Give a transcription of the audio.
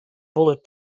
bullet